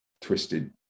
twisted